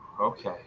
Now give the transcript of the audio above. okay